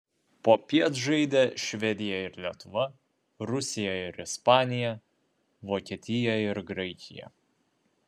popiet žaidė švedija ir lietuva rusija ir ispanija vokietija ir graikija